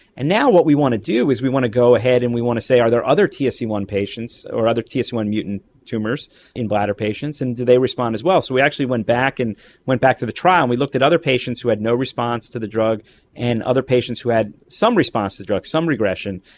and now what we want to do is we want to go ahead and we want to say are there other t s e one patients or other t s e one mutant tumours in bladder patients and do they respond as well? so we actually went back and went back to the trial and we looked at other patients who had no response to the drug and other patients who had some response to the drug, some regression.